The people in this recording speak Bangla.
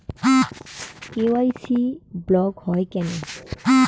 কে.ওয়াই.সি ব্লক হয় কেনে?